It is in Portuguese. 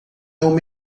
uma